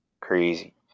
crazy